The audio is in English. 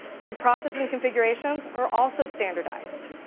your process and configurations are also standardized.